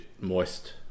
moist